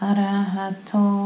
Arahato